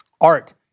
art